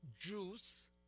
juice